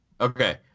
Okay